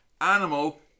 animal